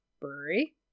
brewery